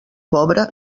pobra